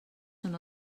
són